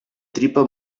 tripa